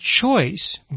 choice